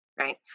Right